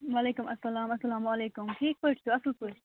وَعلیکُم اَسَلام اَسَلامُ علیکُم ٹھیٖک پٲٹھۍ چھِو اَصٕل پٲٹھۍ